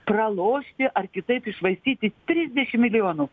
pralošti ar kitaip iššvaistyti trisdešim milijonų